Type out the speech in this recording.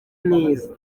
neza